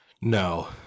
No